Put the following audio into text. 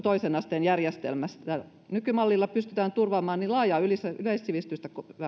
toisen asteen järjestelmästä nykymallilla pystytään turvaamaan niin laaja yleissivistävä